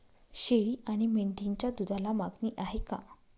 शेळी आणि मेंढीच्या दूधाला मागणी आहे का?